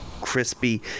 crispy